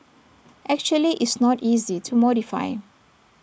actually it's not easy to modify